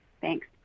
Thanks